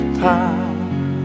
power